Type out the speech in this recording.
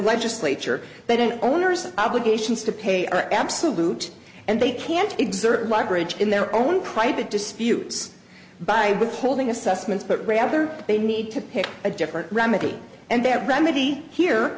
legislature but an owners of obligations to pay are absolute and they can't exert in their own private disputes by withholding assessments but rather that they need to pick a different remedy and there remedy here